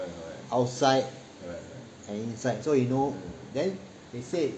outside and inside so you know then they say